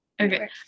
Okay